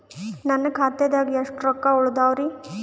ನನ್ನ ಖಾತಾದಾಗ ಎಷ್ಟ ರೊಕ್ಕ ಉಳದಾವರಿ?